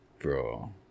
bro